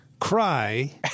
cry